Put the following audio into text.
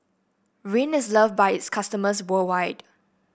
Rene is loved by its customers worldwide